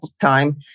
time